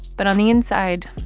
but on the inside,